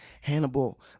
Hannibal